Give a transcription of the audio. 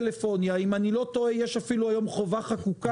כמו בכל חברה.